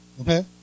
okay